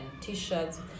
t-shirts